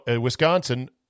Wisconsin